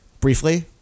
briefly